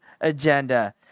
agenda